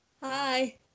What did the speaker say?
Hi